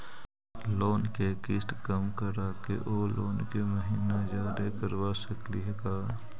Loan के किस्त कम कराके औ लोन के महिना जादे करबा सकली हे का?